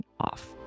off